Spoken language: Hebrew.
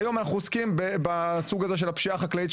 והיום אנחנו עוסקים בסוג הזה של הפשיעה החקלאית,